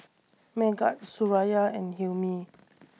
Megat Suraya and Hilmi